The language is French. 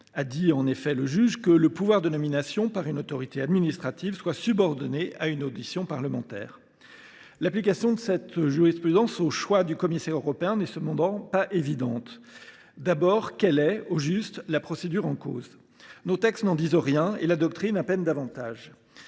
effet, selon le juge, que le pouvoir de nomination par une autorité administrative soit subordonné à une audition parlementaire. L’application de cette jurisprudence au choix du commissaire européen n’est cependant pas évidente. D’abord, quelle est, au juste, la procédure en cause ? Nos textes n’en disent rien et la doctrine à peine davantage.